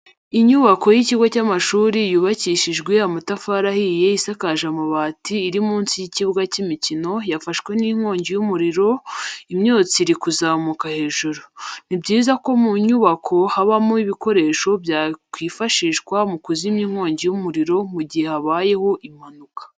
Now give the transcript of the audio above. Inyubako y'ikigo cy'amashuri yubakishije amatafari ahiye isakaje amabati iri munsi y'ikibuga cy'imikino yafashwe n'inkongi y'umuriro imyotsi iri kuzamuka hejuru. Ni byiza ko mu nyubako habamo ibikoresho byakwifashisha mu kuzimya inkongi y'umuriro mu gihe habayeho impanuka.